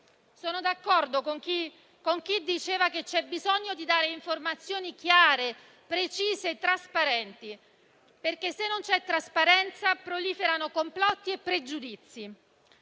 Sono d'accordo con chi diceva che c'è bisogno di dare informazioni chiare, precise e trasparenti, perché se non c'è trasparenza proliferano complotti e pregiudizi.